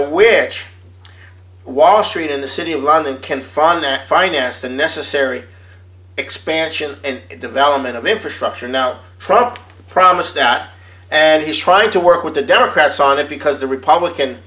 which wall street in the city of london can fund and finance the necessary expansion and development of infrastructure now from the promise that and he's trying to work with the democrats on it because the republican